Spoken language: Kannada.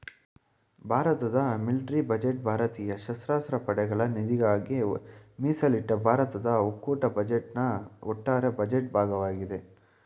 ಭಾರತದ ಮಿಲ್ಟ್ರಿ ಬಜೆಟ್ ಭಾರತೀಯ ಸಶಸ್ತ್ರ ಪಡೆಗಳ ನಿಧಿಗಾಗಿ ಮೀಸಲಿಟ್ಟ ಭಾರತದ ಒಕ್ಕೂಟ ಬಜೆಟ್ನ ಒಟ್ಟಾರೆ ಬಜೆಟ್ ಭಾಗವಾಗಿದೆ